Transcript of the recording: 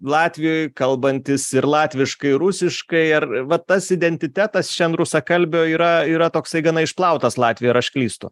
latvijoj kalbantis ir latviškai rusiškai ar va tas identitetas rusakalbio yra yra toksai gana išplautas latvijoj ar aš klystu